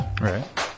Right